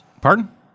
Pardon